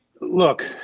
look